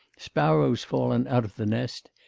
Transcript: sparrows fallen out of the nest,